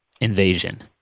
invasion